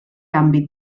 àmbit